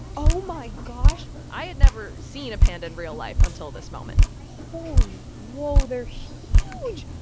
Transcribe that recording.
oh, my gosh i had never seen a panda in real life until this moment holy whoa, they're huge.